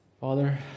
Father